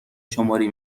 شماری